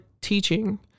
teaching